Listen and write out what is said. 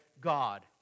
God